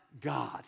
God